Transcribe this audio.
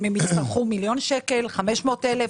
האם יצטרכו מיליון שקלים, 500,000?